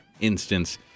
Instance